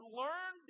learn